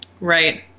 Right